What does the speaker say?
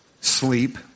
sleep